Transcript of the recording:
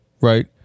Right